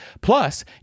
Plus